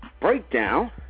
breakdown